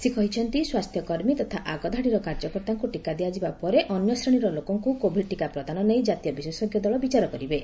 ସେ କହିଛନ୍ତି ସ୍ୱାସ୍ଥ୍ୟକର୍ମୀ ତଥା ଆଗଧାଡ଼ିର କାର୍ଯ୍ୟକର୍ତ୍ତାଙ୍କୁ ଟିକା ଦିଆଯିବା ପରେ ଅନ୍ୟ ଶ୍ରେଣୀର ଲୋକଙ୍କୁ କୋଭିଡ୍ ଯିକା ପ୍ରଦାନ ନେଇ ଜାତୀୟ ବିଶେଷଜ୍ଞ ଦଳ ବିଚାର କରିବେ